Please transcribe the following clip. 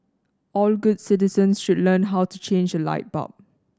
all good citizens should learn how to change a light bulb